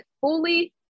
fully